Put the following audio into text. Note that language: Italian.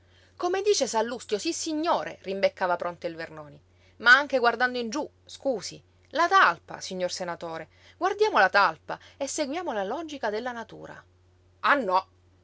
sallustio sissignore rimbeccava pronto il vernoni ma anche guardando in giú scusi la talpa signor senatore guardiamo la talpa e seguiamo la logica della natura